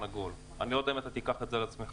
עגול ואני לא יודע אם תיקח את זה על עצמך.